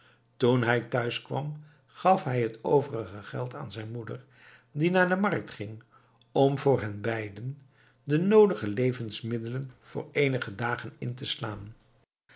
toen hij thuiskwam gaf hij het overige geld aan zijn moeder die naar de markt ging om voor hen beiden de noodige levensmiddelen voor eenige dagen in te slaan